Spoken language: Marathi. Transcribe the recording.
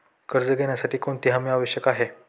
कर्ज घेण्यासाठी कोणती हमी आवश्यक आहे?